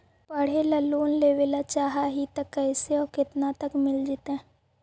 पढ़े ल लोन लेबे ल चाह ही त कैसे औ केतना तक मिल जितै?